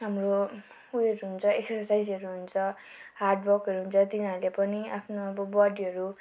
हाम्रो उयोहरू हुन्छ एक्सर्साइजहरू हुन्छ हार्डवर्कहरू हुन्छ तिनीहरूले पनि आफ्नो अब बडीहरू